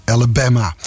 Alabama